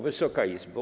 Wysoka Izbo!